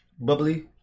bubbly